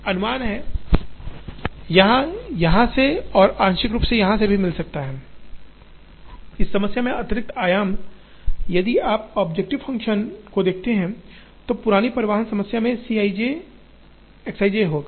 अनुमान है यह यहाँ से और आंशिक रूप से यहाँ से भी मिल सकता है इस समस्या में अतिरिक्त आयाम यदि आप ऑब्जेक्टिव फंक्शन को देखते हैं तो पुरानी परिवहन समस्या में C i j X i j होगा